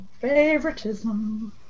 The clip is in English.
Favoritism